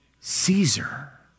Caesar